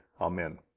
Amen